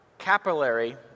capillary